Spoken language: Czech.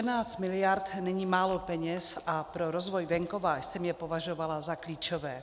Čtrnáct miliard není málo peněz a pro rozvoj venkova jsem je považovala za klíčové.